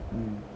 mm